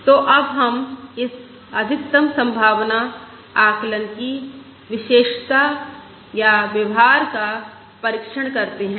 तो अब हम इस अधिकतम संभावना आकलन की विशेषता या व्यवहार का परीक्षण करते हैं